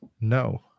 no